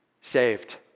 Saved